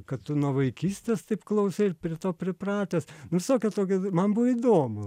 kad tu nuo vaikystės taip klausai ir prie to pripratęs visokia tokia man buvo įdomu